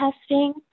testing